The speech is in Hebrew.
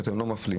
אתם לא מפלים.